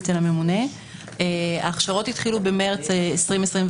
ההכשרות התחילו במרס 2021,